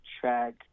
track